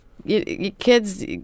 kids